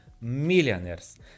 millionaires